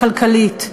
הכלכלית,